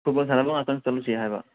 football ꯁꯥꯟꯅꯕ ꯉꯥꯇꯪ ꯆꯠꯂꯨꯁꯦ ꯍꯥꯏꯕ